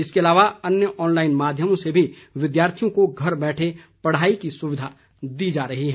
इसके अलावा अन्य ऑनलाईन माध्यमों से भी विद्यार्थियों को घर बैठे पढ़ाई की सुविधा दी जा रही है